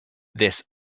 this